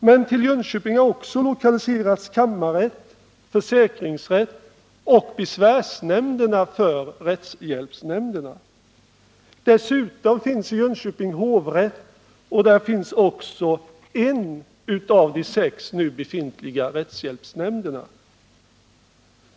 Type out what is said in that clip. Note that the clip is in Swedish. Men till Jönköping har också lokaliserats kammarrätt, försäkringsrätt och besvärsnämnder för rättshjälpsnämnderna. Dessutom finns i Jönköping hovrätt och en av de sex nu befintliga rättshjälpsnämnderna.